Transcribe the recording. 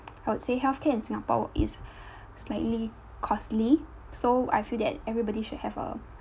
I would say healthcare in singapore is slightly costly so I feel that everybody should have a